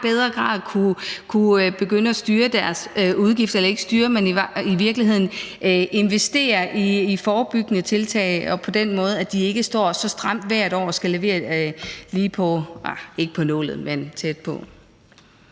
højere grad kunne begynde at styre deres udgifter, eller ikke styre, men i virkeligheden investere i forebyggende tiltag og på den måde, at de ikke står så stramt hvert år og skal levere lige, arh, ikke på nullet, men tæt på.